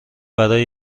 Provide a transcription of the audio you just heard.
برای